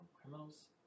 criminals